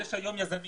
יש היום יזמים